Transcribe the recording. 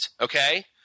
okay